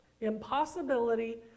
impossibility